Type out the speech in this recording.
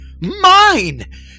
Mine